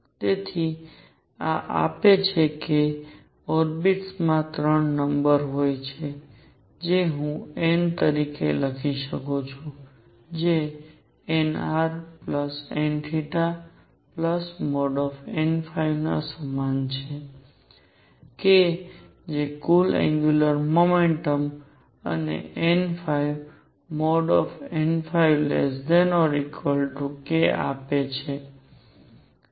તેથી આ આપે છે કે ઓર્બિટ્સમાં 3 નંબર હોય છે જે હું n તરીકે લખી શકું છું જે nrn|n| ના સમાન છે k જે કુલ એંગ્યુંલર મોમેન્ટમ અને n nk આપે છે